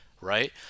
right